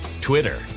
Twitter